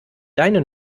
deine